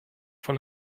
von